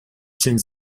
change